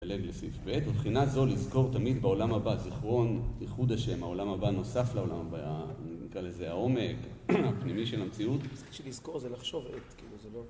הלב לסעיף ב', ובחינה זו לזכור תמיד בעולם הבא זיכרון, איחוד השם, העולם הבא נוסף לעולם הבא, אני נקרא לזה העומק הפנימי של המציאות.שלזכור זה לחשוב את, זה לא...